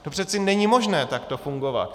To přece není možné takto fungovat.